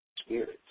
spirits